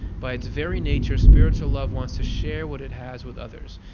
by its very nature, spiritual love wants to share what it has with others,